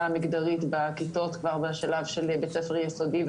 המגדרית בכיתות כבר בשלב של בית ספר יסודי,